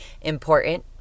important